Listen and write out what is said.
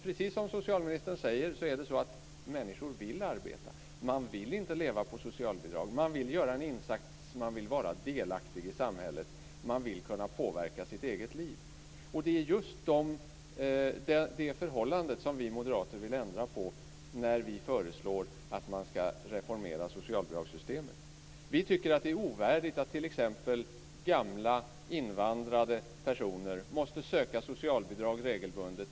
Precis som socialministern säger vill människor arbeta. Man vill inte leva på socialbidrag. Man vill göra en insats. Man vill vara delaktig i samhället. Man vill kunna påverka sitt eget liv. Det är just det förhållandet som vi moderater vill ändra på när vi föreslår att man ska reformera socialbidragssystemet. Vi tycker att det är ovärdigt att t.ex. gamla invandrade personer måste söka socialbidrag regelbundet.